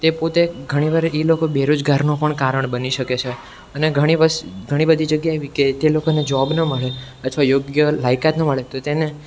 તે પોતે ઘણીવાર એ લોકો બેરોજગારનો પણ કારણ બની શકે છે અને ઘણી ઘણી બધી જગ્યા એવી કે તે લોકોને જોબ ન મળે અથવા યોગ્ય લાયકાત ન મળે તો તેને